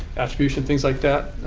attribution, things like that,